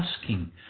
asking